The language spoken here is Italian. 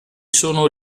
sono